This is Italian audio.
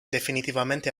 definitivamente